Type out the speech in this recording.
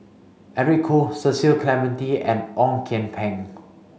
Eric Khoo Cecil Clementi and Ong Kian Peng